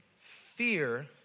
fear